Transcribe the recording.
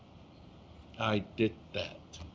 i did that.